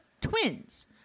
twins